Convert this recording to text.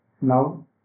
Now